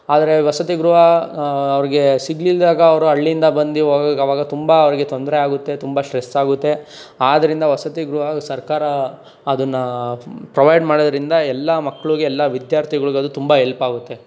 ಆದರೆ ವಸತಿ ಗೃಹ ಅವ್ರಿಗೆ ಸಿಗಲಿಲ್ದಾಗ ಅವರು ಹಳ್ಳಿಯಿಂದ ಬಂದು ಹೋಗೋಕೆ ಅವಾಗ ತುಂಬ ಅವ್ರಿಗೆ ತೊಂದರೆ ಆಗುತ್ತೆ ತುಂಬ ಶ್ಟ್ರೆಸ್ ಆಗುತ್ತೆ ಆದ್ದರಿಂದ ವಸತಿ ಗೃಹ ಸರ್ಕಾರ ಅದನ್ನು ಪ್ರೊವೈಡ್ ಮಾಡೋದರಿಂದ ಎಲ್ಲ ಮಕ್ಳಿಗೆ ಎಲ್ಲ ವಿದ್ಯಾರ್ಥಿಗಳ್ಗದು ತುಂಬ ಎಲ್ಪಾಗುತ್ತೆ